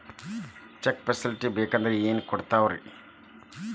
Check facility ಬೇಕಂದ್ರ ಕೊಡ್ತಾರೇನ್ರಿ?